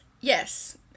Yes